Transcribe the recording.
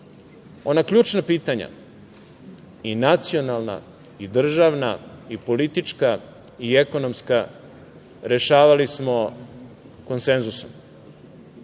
Ona ključna pitanja, nacionalna, državna, politička i ekonomska, rešavali smo konsenzusom.